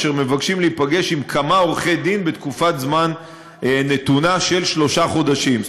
אשר מבקשים להיפגש עם כמה עורכי-דין בתקופת זמן נתונה של שלושה חודשים,